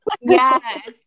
Yes